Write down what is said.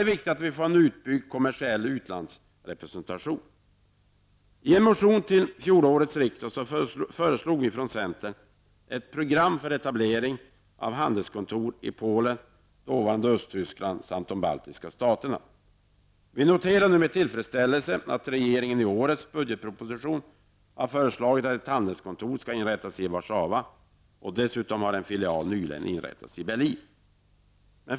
En utbyggd svensk kommersiell utlandsrepresentation blir därför viktig. Polen, dåvarande Östtyskland samt de baltiska staterna. Vi noterar nu med tillfredsställelse att regeringen i årets budgetproposition föreslår att ett handelskontor skall inrättas i Warszawa. Dessutom har nyligen en filial inrättats i Berlin.